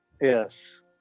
Yes